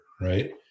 right